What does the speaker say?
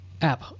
app